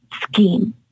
scheme